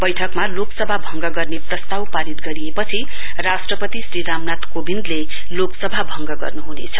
बैठकमा लोकसभा भंग गर्ने प्रस्ताव पारित गरिएपछि राष्ट्रपति श्री रामनाथ कोविन्दले लोकसभा भंग गर्नुहुनेछ